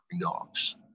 dogs